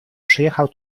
przyjechał